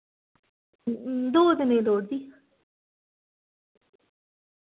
दो दिनें दी लोड़दी